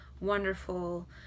wonderful